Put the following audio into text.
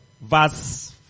verse